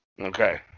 Okay